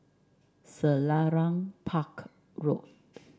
Selarang Park Road